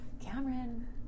Cameron